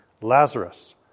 Lazarus